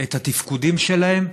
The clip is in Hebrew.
את התפקודים שלהם,